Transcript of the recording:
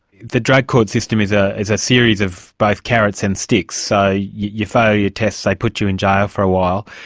the drug court system is yeah is a series of both carrots and sticks, so you fail your test, they put you in jail for a while.